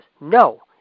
No